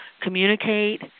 communicate